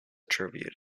tribute